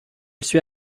suit